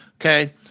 okay